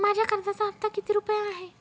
माझ्या कर्जाचा हफ्ता किती रुपये आहे?